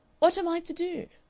what am i to do?